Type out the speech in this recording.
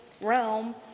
realm